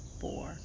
four